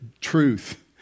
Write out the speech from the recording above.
truth